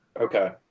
Okay